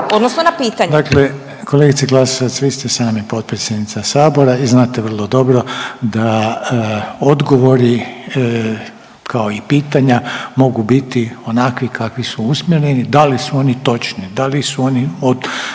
Željko (HDZ)** Dakle, kolegice Glasovac vi ste sami potpredsjednica sabora i znate vrlo dobro da odgovori kao i pitanja mogu biti onakvi kakvi su usmjereni. Da li su oni točni, da li su oni od,